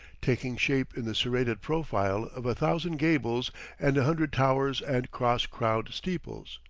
taking shape in the serrated profile of a thousand gables and a hundred towers and cross-crowned steeples.